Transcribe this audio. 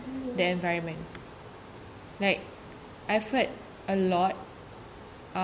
the environment like effort a lot